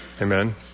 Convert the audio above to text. Amen